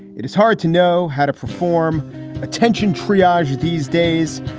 it is hard to know how to perform attention triage these days.